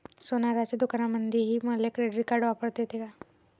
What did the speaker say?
सोनाराच्या दुकानामंधीही मले क्रेडिट कार्ड वापरता येते का?